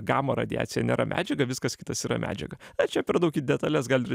gama radiacija nėra medžiaga viskas kitas yra medžiaga na čia per daug į detales gal ir